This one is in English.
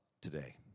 today